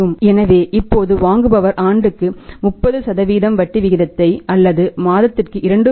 எனவே இப்போது வாங்குபவர் ஆண்டுக்கு 30 வட்டி விகிதத்தை அல்லது மாதத்திற்கு 2